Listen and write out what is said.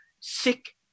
sick